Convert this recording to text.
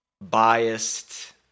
biased